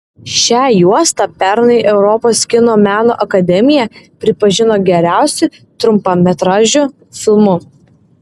šią juostą pernai europos kino meno akademija pripažino geriausiu trumpametražiu filmu